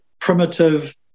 primitive